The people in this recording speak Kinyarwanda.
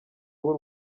w’u